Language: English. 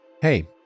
Hey